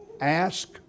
ask